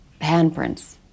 handprints